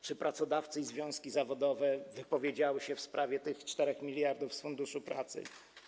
Czy pracodawcy i związki zawodowe wypowiedzieli się w sprawie tych 4 mld zł z Funduszu Pracy?